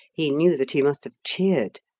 he knew that he must have cheered.